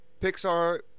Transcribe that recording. Pixar